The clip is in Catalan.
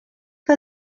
que